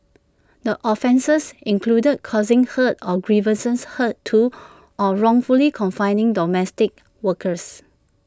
the offences included causing hurt or grievous hurt to or wrongfully confining domestic workers